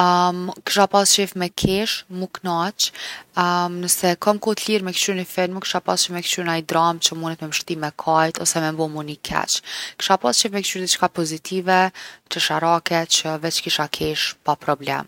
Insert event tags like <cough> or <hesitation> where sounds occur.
<hesitation> kisha pas qef me kesh mu knaq. <hesitation> nëse kom kohë t’lirë me kqyr ni film, kisha pas qef me kqyr naj dramë që munet me m’shti me kajt ose me m’bo mu ni keq. Kisha pas qef me kqyr diçka pozitive, qesharake që veq kisha kesh pa problem.